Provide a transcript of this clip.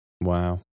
Wow